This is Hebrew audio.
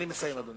אני מסיים, אדוני.